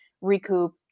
recoup